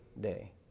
day